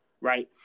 right